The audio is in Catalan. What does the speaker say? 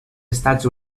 estats